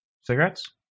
cigarettes